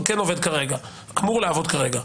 כן עובד כרגע או אמור לעבוד כרגע.